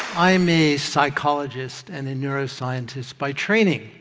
i mean psychologist and a neuroscientist by training.